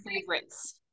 favorites